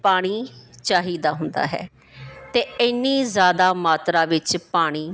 ਪਾਣੀ ਚਾਹੀਦਾ ਹੁੰਦਾ ਹੈ ਅਤੇ ਇੰਨੀ ਜ਼ਿਆਦਾ ਮਾਤਰਾ ਵਿੱਚ ਪਾਣੀ